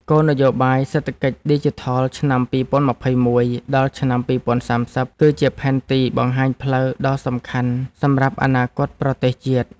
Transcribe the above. គោលនយោបាយសេដ្ឋកិច្ចឌីជីថលឆ្នាំ ២០២១ ដល់ឆ្នាំ ២០៣០គឺជាផែនទីបង្ហាញផ្លូវដ៏សំខាន់សម្រាប់អនាគតប្រទេសជាតិ។